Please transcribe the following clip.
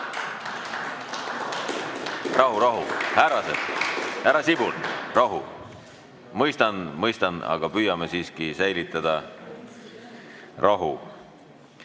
Rahu‑rahu! Härrased! Härra Sibul, rahu. Mõistan, mõistan, aga püüame siiski säilitada rahu.